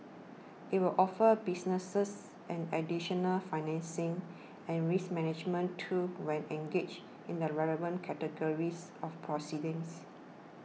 it will offer businesses an additional financing and risk management tool when engaged in the relevant categories of proceedings